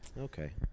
Okay